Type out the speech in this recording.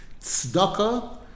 Tzedakah